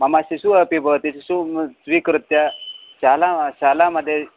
मम शिशुः अपि भवति शिशुं स्वीकृत्य शाला शालामध्ये